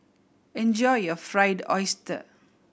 enjoy your Fried Oyster